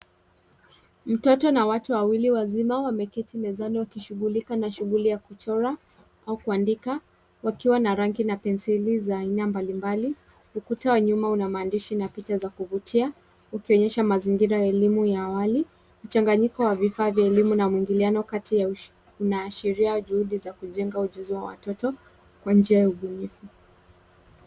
Mtoto na watu wawili wazima wameketi mezani wakishugulika na shuguli ya kuchora au kuandika wakiwa na rangi na penzeli za aina mbalimbali, ukuta wa nyuma unamaandishi na picha za kuvutia ukuionyesha mazingira ya elimu ya awali. Mchanganyiko wa vifaa vya elimu na muingiliano kati ya inaashiria juhudi za kujenga ujuzi wa watoto kwa njia ya ubunifu.